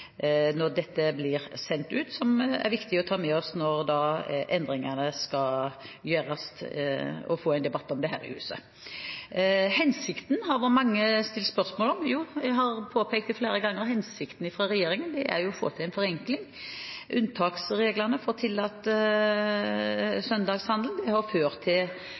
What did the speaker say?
som er viktig å ta med når endringene skal gjøres – og at vi får en debatt om det her i huset. Mange har stilt spørsmål om hensikten. Jeg har flere ganger påpekt at regjeringens hensikt er å få til en forenkling. Unntaksreglene for tillatt søndagshandel har ført til